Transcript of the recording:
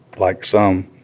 like some.